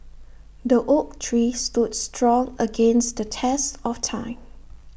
the oak tree stood strong against the test of time